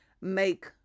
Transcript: make